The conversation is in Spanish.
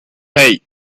hey